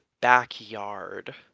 backyard